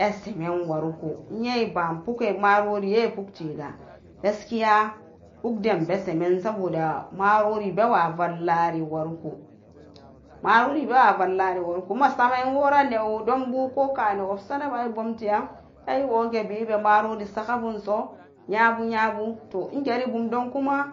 Eh semen warko, iyen iba poge marori nye puktega gaskiya pukden besemen saboda marori bewa vallare warko, marori bewa vallare warko masamen wora newodonbu koka newobsanaba ibomte'an pa iwobe ibama rori sagabunso nyabu-nyabu toh ingeki bum donbu kuma